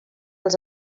els